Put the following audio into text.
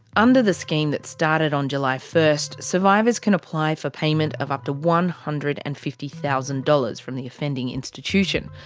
under the scheme that started on july one, survivors can apply for payment of up to one hundred and fifty thousand dollars from the offending institution,